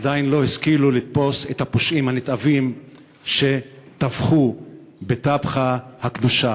עדיין לא השכילו לתפוס את הפושעים הנתעבים שטבחו בטבחה הקדושה?